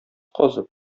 казып